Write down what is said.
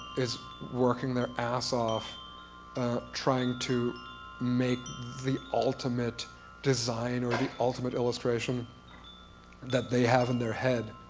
is working their ass off trying to make the ultimate design or the ultimate illustration that they have in their head.